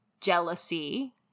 jealousy